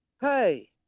Hey